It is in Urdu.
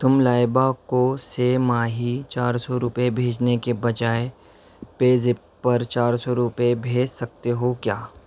تم لائبہ کو سہ ماہی چار سو روپے بھیجنے کے بجائے پے زیپ پر چار سو روپے بھیج سکتے ہو کیا